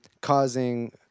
causing